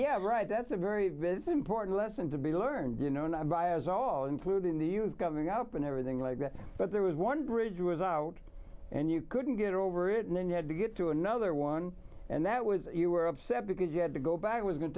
have right that's a very important lesson to be learned you know and i buy i was all including the you got me up and everything like that but there was one bridge was out and you couldn't get over it and then you had to get to another one and that was you were upset because you had to go back i was go